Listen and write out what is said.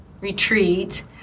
retreat